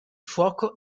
fuoco